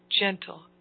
gentle